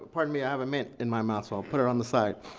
pardon me. i have a mint in my mouth so i'll put it on the side.